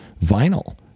vinyl